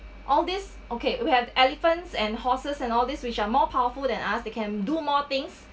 all this okay we have elephants and horses and all these which are more powerful than us they can do more things